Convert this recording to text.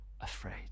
afraid